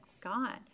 God